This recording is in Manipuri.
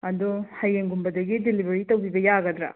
ꯑꯗꯣ ꯍꯌꯦꯡꯒꯨꯝꯕꯗꯒꯤ ꯗꯦꯂꯤꯚꯔꯤ ꯇꯧꯕꯤꯕ ꯌꯥꯒꯗ꯭ꯔꯥ